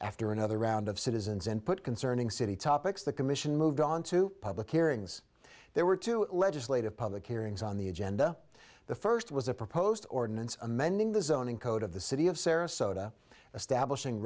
after another round of citizens input concerning city topics the commission moved on to public hearings there were two legislative public hearings on the agenda the first was a proposed ordinance amending the zoning code of the city of sarasota establishing